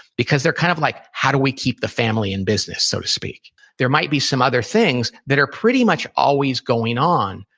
because they're kind of like, how do we keep the family in business, so to speak there might be some other things that are pretty much always going on.